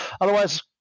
otherwise